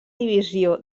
divisió